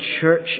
church